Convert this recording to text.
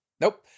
Nope